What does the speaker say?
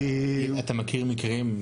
אתה מכיר מקרים,